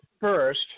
first